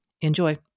Enjoy